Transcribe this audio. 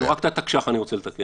לא, רק את התקש"ח אני רוצה לתקן.